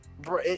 Bro